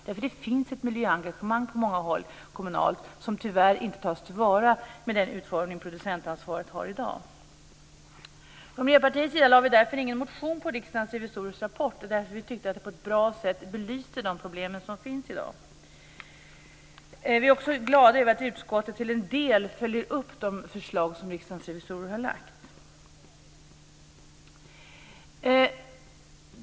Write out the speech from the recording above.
Det finns nämligen ett miljöengagemang på många håll kommunalt som tyvärr inte tas till vara med den utformning som producentansvaret har i dag. Från Miljöpartiets sida väckte vi ingen motion med anledning av Riksdagens revisorers rapport eftersom vi tyckte att den på ett bra sätt belyser de problem som finns i dag. Vi är också glada över att utskottet till en del följer upp de förslag som Riksdagens revisorer har lagt fram.